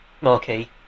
Marquee